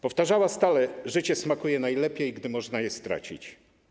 Powtarzała stale: życie smakuje najlepiej, gdy można je stracić.